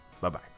Bye-bye